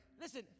listen